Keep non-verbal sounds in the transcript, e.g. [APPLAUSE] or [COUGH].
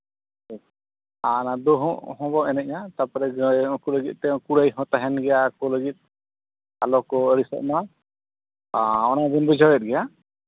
ᱟᱨ ᱫᱩᱦᱩ ᱦᱚᱸᱵᱚᱱ ᱮᱱᱮᱡᱼᱟ ᱛᱟᱨᱯᱚᱨᱮ [UNINTELLIGIBLE] ᱞᱟᱹᱜᱤᱫ ᱛᱮ ᱠᱩᱲᱟᱹᱭ ᱦᱚᱸ ᱛᱟᱦᱮᱱ ᱜᱮᱭᱟ ᱟᱠᱚ ᱞᱟᱹᱜᱤᱫ ᱟᱞᱚ ᱠᱚ ᱟᱹᱬᱤᱥᱚᱜ ᱢᱟ ᱚᱱᱟ ᱢᱟᱵᱚᱱ ᱵᱩᱡᱷᱟᱹᱣ ᱮᱜ ᱜᱮᱭᱟ